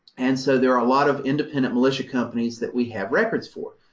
and so there are a lot of independent militia companies that we have records for.